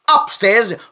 Upstairs